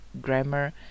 grammar